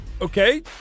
Okay